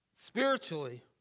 spiritually